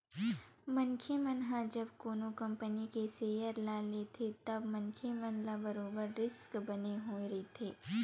मनखे मन ह जब कोनो कंपनी के सेयर ल लेथे तब मनखे मन ल बरोबर रिस्क बने होय रहिथे